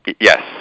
Yes